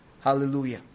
Hallelujah